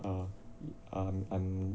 uh um I'm